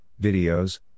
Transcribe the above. videos